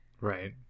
Right